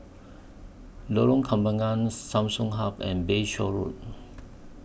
Lorong Kembagan Samsung Hub and Bayshore Road